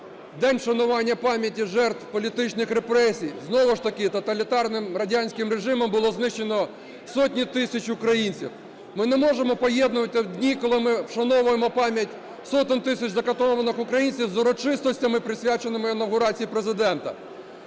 День вшанування пам'яті жертв політичних репресій. Знову ж таки, тоталітарним радянським режимом було знищено сотні тисяч українців. Ми не можемо поєднувати в дні, коли ми вшановуємо пам'ять сотень тисяч закатованих українців, з урочистостями, присвяченими інавгурації Президента.